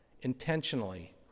intentionally